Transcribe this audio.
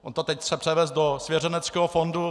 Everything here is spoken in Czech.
On to teď chce převést do svěřeneckého fondu.